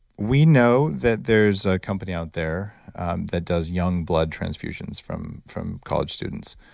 we know that there's a company out there that does young blood transfusions from from college students,